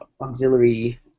auxiliary